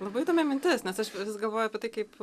labai įdomi mintis nes aš vis galvoju apie tai kaip